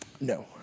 No